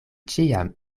ĉiam